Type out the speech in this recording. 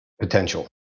potential